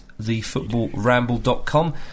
thefootballramble.com